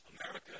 America